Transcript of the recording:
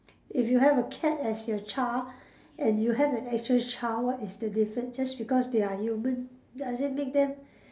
if you have a cat as your child and you have an actual child what is the difference just because they are human does it make them